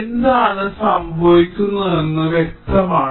എന്താണ് സംഭവിക്കുന്നതെന്ന് വ്യക്തമാണ്